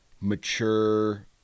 mature